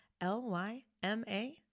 L-Y-M-A